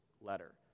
letter